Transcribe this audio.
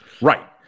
Right